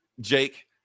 Jake